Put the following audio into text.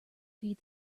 feed